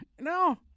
No